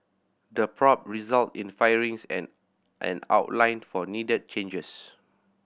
the probe resulted in firings and an outline for needed changes